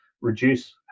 reduce